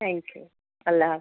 thank you اللہ حافظ